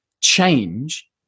change